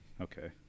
Okay